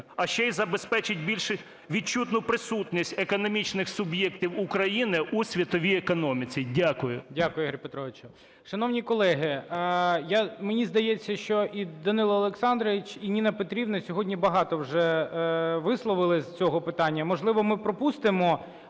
а ще й забезпечить більш відчутну присутність економічних суб'єктів України в світовій економіці. Дякую. ГОЛОВУЮЧИЙ. Дякую, Ігорю Петровичу. Шановні колеги, я… мені здається, що і Данило Олександрович, і Ніна Петрівна сьогодні багато вже висловились з цього питання, можливо, ми пропустимо